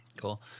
Cool